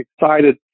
excited